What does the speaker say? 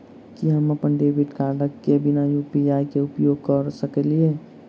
की हम अप्पन debit card केँ बिना यु.पी.आई केँ उपयोग करऽ सकलिये?